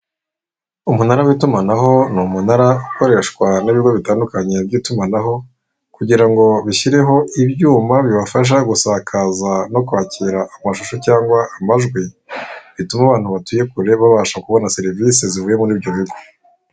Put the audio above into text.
Umunara w'itumanaho ni umunara ukoreshwa n'ibigo bitandukanye by'itumanaho kugira ngo bishyireho ibyuma bibafasha gusakaza no kwakira amashusho cyangwa amajwi, bituma abantu batuye kure babasha kubona serivisi zivuye muri ibyo bigo.